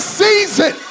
season